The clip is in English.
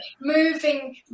moving